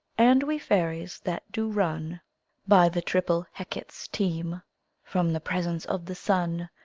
and we fairies, that do run by the triple hecate's team from the presence of the sun,